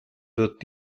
wird